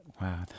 Wow